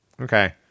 Okay